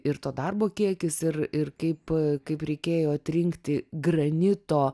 ir to darbo kiekis ir ir kaip kaip reikėjo atrinkti granito